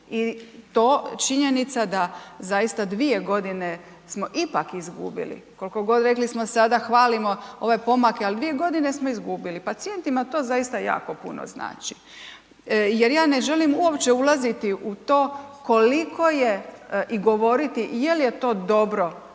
I to činjenica da zaista 2 godine smo ipak izgubili, koliko god rekli smo sada hvalimo ove pomake, ali 2 godine smo izgubili, pacijentima to zaista jako puno znači. Jer ja ne želim uopće ulaziti u to koliko je i govoriti, jel je to dobro osobi